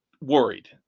worried